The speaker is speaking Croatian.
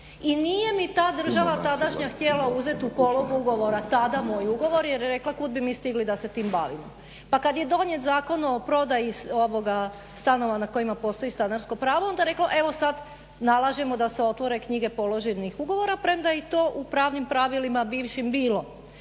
I nije mi ta država tadašnja htjela uzeti u polog ugovora tada moj ugovor jer je rekla kuda bi mi stigli da se tim bavimo. Pa kada je donijet zakon o prodaji stanova na kojima postoji stanarsko pravo onda je rekla evo sada nalažemo da se otvore knjige položenih ugovora premda i to u pravnim pravilima bivšim bilo.